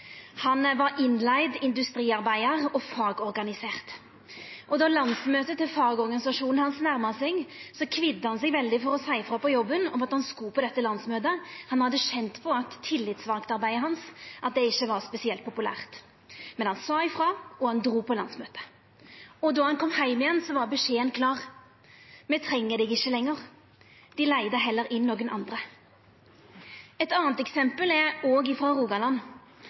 Han var innleigd industriarbeidar og fagorganisert. Då landsmøtet til fagorganisasjonen hans nærma seg, kvidde han seg veldig for å seia ifrå på jobben om at han skulle på dette landsmøtet. Han hadde kjent på at arbeidet hans som tillitsvald ikkje var spesielt populært. Men han sa ifrå, og han drog på landsmøtet. Då han kom heim igjen, var beskjeden klar: Me treng deg ikkje lenger. Dei leigde heller inn andre. Eit anna eksempel er òg frå Rogaland.